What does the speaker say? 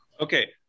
Okay